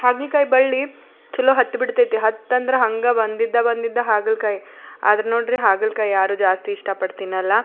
ಹಾಗಲಕಾಯಿ ಬಳ್ಳಿ ಚಲೋ ಹತ್ತಿ ಬಿಡ್ತೈತಿ ಹತ್ತು ಅಂದ್ರೆ ಹಂಗೆ ಬಂದಿದ್ದ ಬಂದಿದ್ದ ಹಾಗಲಕಾಯಿ ಅದ್ರ ನೋಡಿರಿ ಹಾಗಲಕಾಯಿ ಯಾರೂ ಜಾಸ್ತಿ ಇಷ್ಟಪಟ್ಟು ತಿನ್ನೋಲ್ಲ